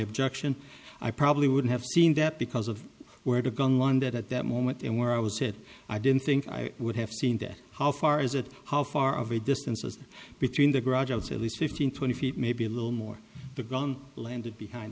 objection i probably would have seen that because of where the gun one that at that moment and where i was hit i didn't think i would have seen that how far is it how far of a distances between the graduates at least fifteen twenty feet maybe a little more the gun landed behind